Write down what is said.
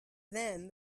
then